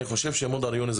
אני חושב שגם מודר יונס,